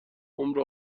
عمر